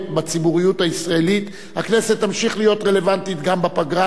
בציבוריות הישראלית הכנסת תמשיך להיות רלוונטית גם בפגרה,